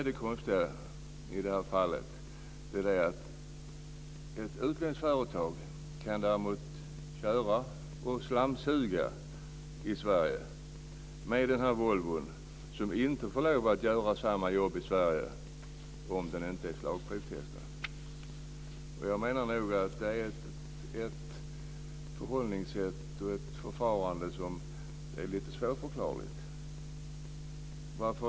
Det konstiga är att ett utländskt företag kan köra i Sverige med en slamsugarbil från Volvo. Däremot får inte ett svenskt företag göra samma jobb i Sverige med den bilen om den inte är slagprovstestad. Det är svårförklarligt.